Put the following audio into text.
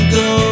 go